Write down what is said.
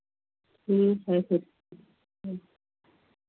ठीक है फिर